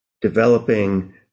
developing